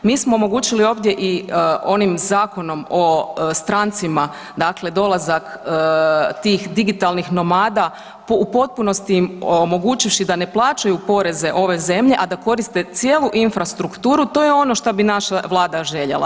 Mi smo omogućili ovdje i onim Zakonom o strancima dakle dolazak tih digitalnih nomada u potpunosti im omogućivši dane plaćaju poreze ove zemlje, a da koriste cijelu infrastrukturu to je ono šta bi naša Vlada željela.